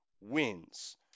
wins